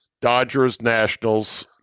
Dodgers-Nationals